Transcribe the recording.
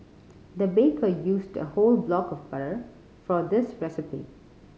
the baker used a whole block of butter for this recipe